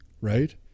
right